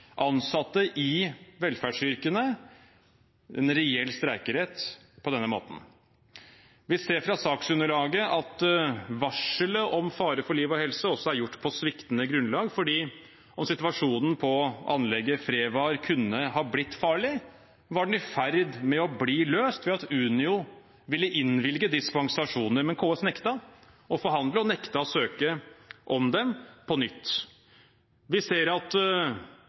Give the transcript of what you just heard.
ansatte i velferdsyrkene en reell streikerett på denne måten. Vi ser fra saksunderlaget at varselet om fare for liv og helse også er gjort på sviktende grunnlag, for om situasjonen på anlegget FREVAR kunne ha blitt farlig, var den i ferd med å bli løst ved at Unio ville innvilge dispensasjoner. Men KS nektet å forhandle og nektet å søke om dem på nytt. Vi ser at